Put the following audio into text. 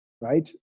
right